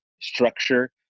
structure